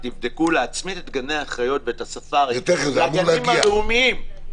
תבדקו להצמיד את גני החיות ואת הספארי והגנים הלאומיים,